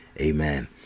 amen